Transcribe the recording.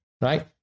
right